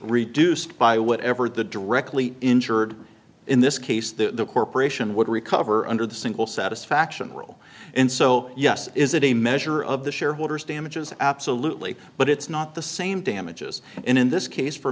reduced by whatever the directly injured in this case the corporation would recover under the single satisfaction rule and so yes is it a measure of the shareholders damages absolutely but it's not the same damages in this case f